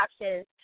options